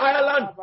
Ireland